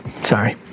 Sorry